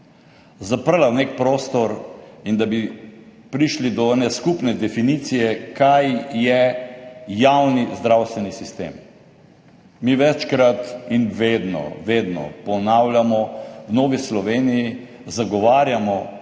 zaprli v nek prostor in da bi prišli do ene skupne definicije, kaj je javni zdravstveni sistem. Mi večkrat in vedno vedno ponavljamo, v Novi Sloveniji zagovarjamo